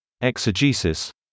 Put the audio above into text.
exegesis